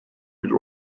bir